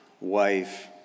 wife